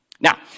Now